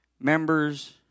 members